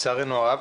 לצערנו הרב.